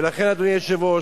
ולכן, אדוני היושב-ראש,